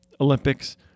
Olympics